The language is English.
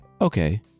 Okay